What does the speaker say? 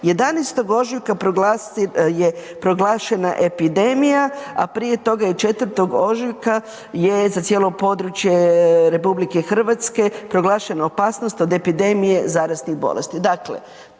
11. ožujka proglašena je epidemija, a prije toga je 4. ožujka je za cijelo područje RH proglašena opasnost od epidemije zaraznih bolesti.